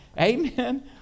Amen